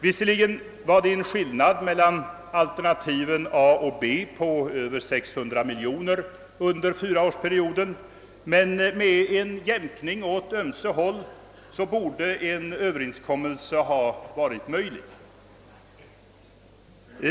Visserligen förelåg det en skillnad mellan alternativen A och B på över 600 miljoner kronor under fyraårsperioden, men med jämkningar åt ömse håll borde en överenskommelse ha varit möjlig.